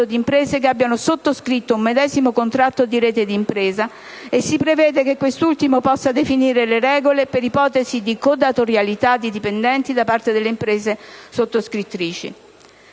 di imprese che abbiano sottoscritto un medesimo contratto di rete di impresa e si prevede che quest'ultimo possa definire le regole per ipotesi di codatorialità di dipendenti da parte delle imprese sottoscrittrici.